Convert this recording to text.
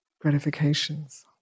gratifications